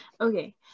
Okay